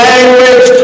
Language